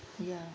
ya